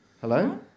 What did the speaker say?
Hello